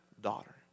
daughter